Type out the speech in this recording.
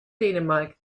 dänemark